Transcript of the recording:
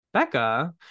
Becca